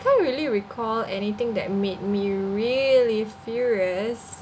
can't really recall anything that made me really furious